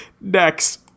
Next